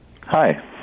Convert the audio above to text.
Hi